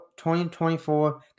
2024